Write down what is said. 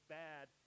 bad